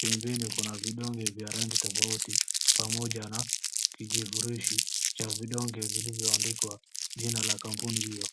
Pembeni kuna vidonge vya rangi tofauti pamoja na kijifurushi cha vidonge vilivyoandikwa jina la kampuni hiyo.